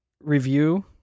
review